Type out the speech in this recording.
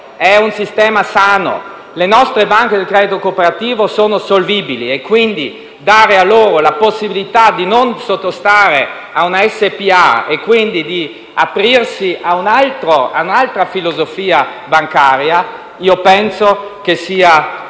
è un sistema sano; le nostre banche del credito cooperativo sono solvibili, quindi dare loro la possibilità di non sottostare a una SpA, quindi di aprirsi a un'altra filosofia bancaria, penso sia un